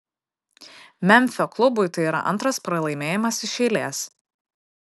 memfio klubui tai yra antras pralaimėjimas iš eilės